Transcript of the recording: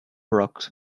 rock